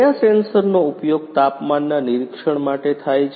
કયા સેન્સરનો ઉપયોગ તાપમાનના નિરીક્ષણ માટે થાય છે